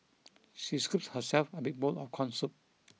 she scooped herself a big bowl of corn soup